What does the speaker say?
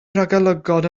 ragolygon